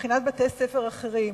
מבחינת בתי-ספר אחרים.